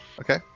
Okay